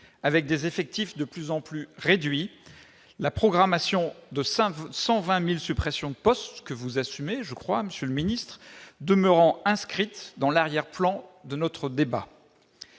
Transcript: avec des effectifs de plus en plus réduits- la programmation de 120 000 suppressions de postes, que vous assumez, monsieur le secrétaire d'État, demeurant inscrite à l'arrière-plan du débat